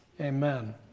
amen